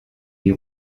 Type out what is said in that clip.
die